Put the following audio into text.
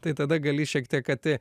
tai tada gali šiek tiek kad